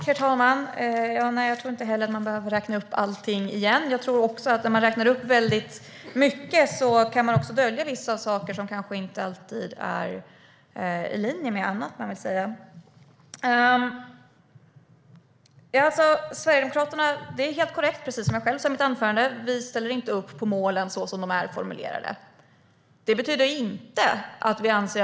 Herr talman! Nej, jag tror inte heller att man behöver räkna upp allting igen. Om man räknar upp väldigt mycket tror jag också att man kan dölja vissa saker som kanske inte alltid är i linje med annat man vill säga. Det är helt korrekt att vi i Sverigedemokraterna inte ställer upp på målen så som de är formulerade, vilket jag också sa i mitt huvudanförande.